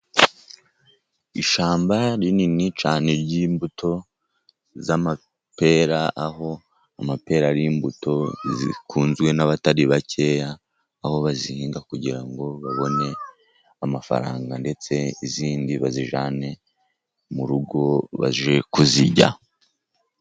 Ishyamba rinini cyane ry'imbuto z'amapera, aho amapera ari imbuto zikunzwe n'abatari bakeya, aho bazihinga kugira ngo babone amafaranga, ndetse izindi bazijyane mu rugo bajye kuzirya.